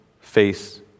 face